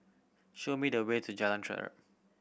show me the way to Jalan Terap